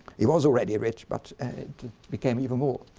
he was already rich but became even more.